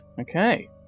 Okay